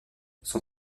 son